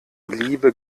liebe